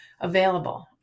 available